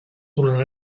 tornarà